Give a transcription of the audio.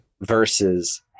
versus